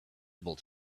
visible